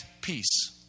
peace